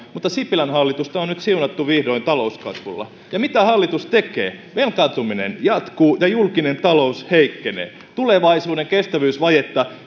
mutta sipilän hallitusta on nyt siunattu vihdoin talouskasvulla ja mitä hallitus tekee velkaantuminen jatkuu ja julkinen talous heikkenee tulevaisuuden kestävyysvajetta